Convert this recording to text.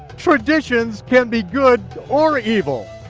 traditions can be good or evil,